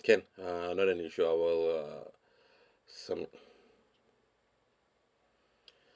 can uh not an issue I will uh some